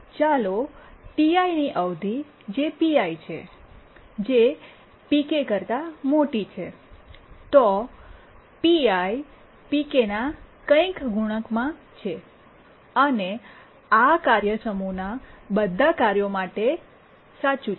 ચાલો Ti T I ની અવધી જે Pi પીઆઈ છે જે Pk પીકે કરતા મોટી છે તો Pi પીઆઈ Pk પીકે ના કંઈક ગુણાંકમાં છે અને આ કાર્ય સમૂહોના બધા કાર્યો માટે સાચું છે